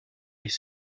les